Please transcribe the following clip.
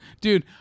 Dude